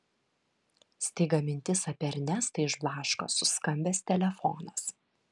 staiga mintis apie ernestą išblaško suskambęs telefonas